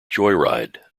joyride